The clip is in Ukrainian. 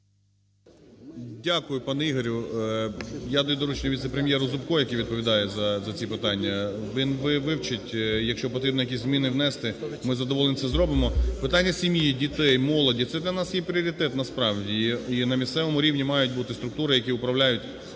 Дякую, пане Ігорю. Я даю доручення віце-прем'єру Зубку, який відповідає за ці питання, він вивчить. Якщо потрібно якісь зміни внести, ми з задоволенням це зробимо. Питання сім'ї, дітей, молоді - це для є пріоритет насправді, і на місцевому рівні мають бути структури, які управляють